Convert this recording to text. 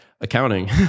accounting